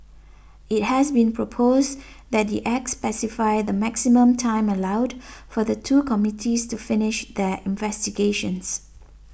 it has been proposed that the Act specify the maximum time allowed for the two committees to finish their investigations